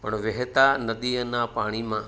પણ વહેતી નદીના પાણીમાં